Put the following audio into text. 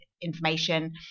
information